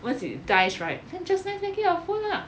once it dies right then just nice then get your food lah